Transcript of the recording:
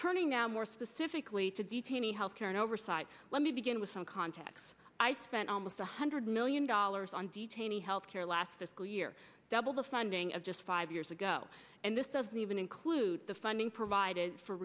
turning now more specifically to detainee health care and oversight let me begin with some contacts i spent almost a hundred million dollars on detainee health care last fiscal year double the funding of just five years ago and this doesn't even include the funding provided for